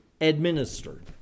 administered